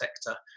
sector